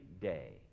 day